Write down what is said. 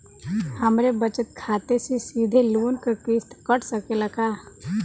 हमरे बचत खाते से सीधे लोन क किस्त कट सकेला का?